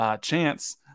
chance